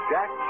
Jack